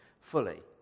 fully